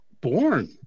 born